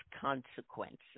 Consequences